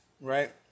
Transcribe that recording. Right